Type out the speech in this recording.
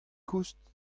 koust